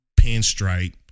pinstripe